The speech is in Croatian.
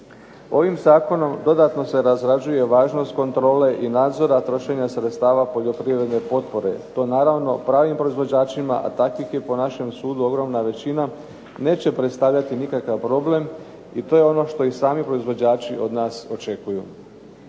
Ovim zakonom dodatno se razrađuje važnost kontrole i nadzora trošenja sredstava poljoprivredne potpore. To naravno pravim proizvođačima, a takvih je po našem sudu ogromna većina, neće predstavljati nikakav problem i to je ono što i sami proizvođači od nas očekuju.